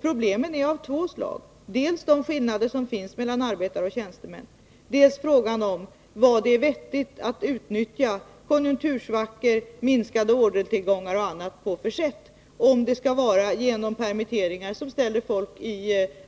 Problemen är av två slag: dels de skillnader som finns mellan arbetare och tjänstemän, dels frågan om på vilket sätt det är vettigt att utnyttja konjunktursvackor, minskade orderingångar m.m. — om det skall ske genom permitteringar som gör folk